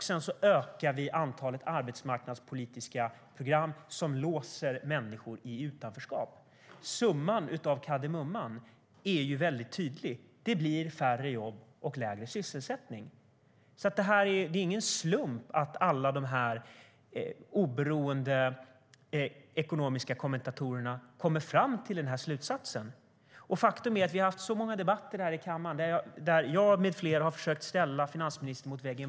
Sedan ökar vi antalet arbetsmarknadspolitiska program som låser människor i utanförskap. Summan av kardemumman är väldigt tydlig. Det blir färre jobb och lägre sysselsättning. Det är ingen slump att alla de oberoende ekonomiska kommentatorerna kommer fram till den slutsatsen. Faktum är att vi har haft många debatter här i kammaren där jag med flera har försökt ställa finansministern mot väggen.